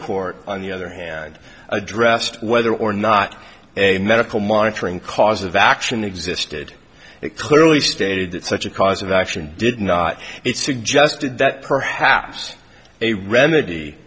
court on the other hand addressed whether or not a medical monitoring cause of action existed it clearly stated that such a cause of action did not it suggested that perhaps a